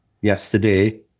yesterday